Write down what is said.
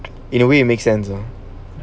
in a way you make sense ah